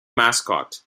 mascot